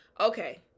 okay